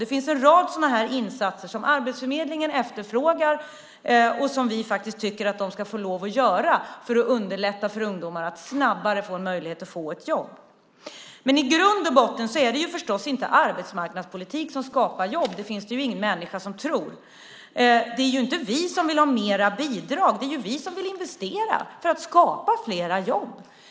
Det finns en rad insatser som Arbetsförmedlingen efterfrågar och som vi tycker att de ska få lov att göra för att underlätta för ungdomar att snabbare få en möjlighet att få ett jobb. Men i grund och botten är det förstås inte arbetsmarknadspolitik som skapar jobb. Det finns det ingen människa som tror. Det är inte vi som vill ha mera bidrag. Det är vi som vill investera för att skapa flera jobb.